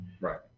right